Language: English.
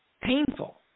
painful